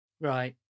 Right